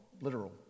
literal